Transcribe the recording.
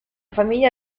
famiglia